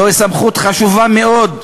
זוהי סמכות חשובה מאוד,